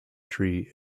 tree